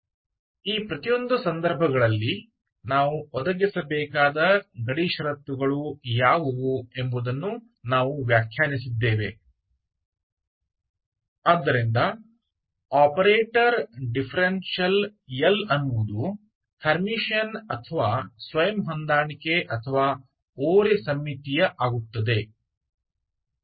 इनमें से प्रत्येक मामले में हमने परिभाषित किया है कि हमें कौन सी सीमा शर्तें प्रदान करना चाहिए ताकि डिफरेंशियल ऑपरेटर L हेयरमिशन या स्कयू सिमिट्रिक या सेल्फ एडज्वाइंटहै